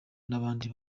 n’abandi